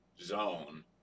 zone